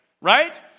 right